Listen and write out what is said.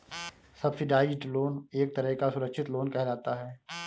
subsidised loan एक तरह का सुरक्षित लोन कहलाता है